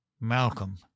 Malcolm